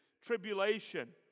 tribulation